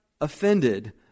offended